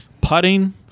putting